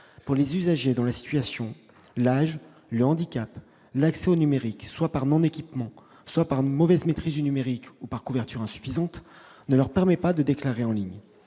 pour les usagers dont la situation, l'âge, le handicap, l'accès au numérique, soit par non-équipement, soit par mauvaise maîtrise du numérique ou par couverture insuffisante, ne leur permettent pas de déclarer en ligne.